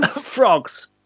Frogs